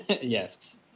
Yes